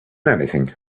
anything